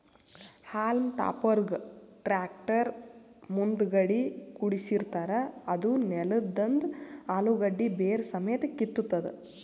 haulm ಟಾಪರ್ಗ್ tractor ಮುಂದಗಡಿ ಕುಡ್ಸಿರತಾರ್ ಅದೂ ನೆಲದಂದ್ ಅಲುಗಡ್ಡಿ ಬೇರ್ ಸಮೇತ್ ಕಿತ್ತತದ್